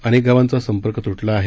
अनेक गावांचा संपर्क तुटला आहे